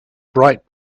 bright